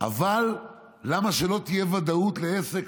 אבל למה שלא תהיה ודאות לעסק,